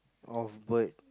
of bird